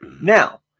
Now